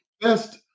best